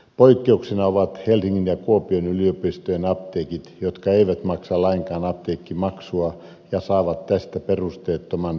poikkeuksina ovat helsingin ja kuopion yliopistojen apteekit jotka eivät maksa lainkaan apteekkimaksua ja saavat tästä perusteettoman kilpailuedun